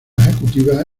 ejecutiva